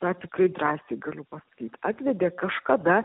tą tikrai drąsiai galiu pasakyti atvedė kažkada